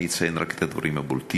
ואני אציין רק את הדברים הבולטים: